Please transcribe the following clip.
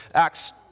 Acts